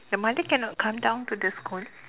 the mother cannot come down to the school